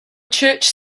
church